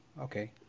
Okay